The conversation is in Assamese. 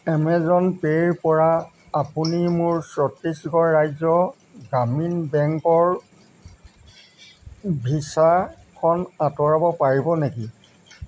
এমেজন পে'ৰ পৰা আপুনি মোৰ ছত্তিশগড় ৰাজ্য গ্ৰামীণ বেংকৰ ভিছাখন আঁতৰাব পাৰিব নেকি